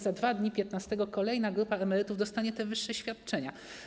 Za 2 dni, piętnastego kolejna grupa emerytów dostanie te wyższe świadczenia.